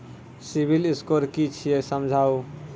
Civil score कि छियै समझाऊ?